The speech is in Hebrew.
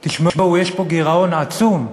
תשמעו, יש פה גירעון עצום,